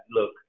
look